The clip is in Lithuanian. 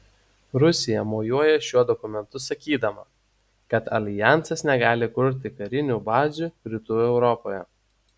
rusija mojuoja šiuo dokumentu sakydama kad aljansas negali kurti karinių bazių rytų europoje